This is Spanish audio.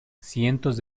cientos